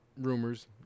rumors